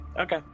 Okay